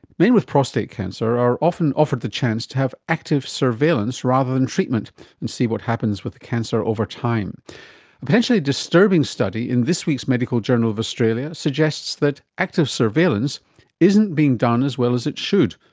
men with prostate cancer are often offered the chance to have active surveillance rather than treatment and see what happens with the cancer over time. a potentially disturbing study in this week's medical journal of australia suggests that active surveillance isn't being done as well as it should,